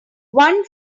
one